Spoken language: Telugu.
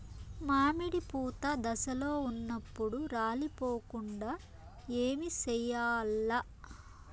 మామిడి పూత దశలో ఉన్నప్పుడు రాలిపోకుండ ఏమిచేయాల్ల?